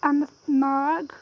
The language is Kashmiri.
اَنَت ناگ